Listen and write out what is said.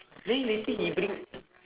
then later he bring